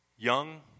young